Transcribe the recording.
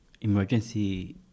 emergency